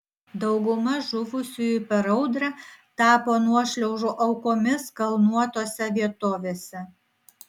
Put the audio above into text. dauguma žuvusiųjų per audrą tapo nuošliaužų aukomis kalnuotose vietovėse